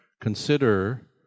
Consider